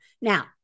Now